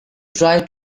tried